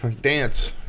dance